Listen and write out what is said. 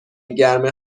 گرم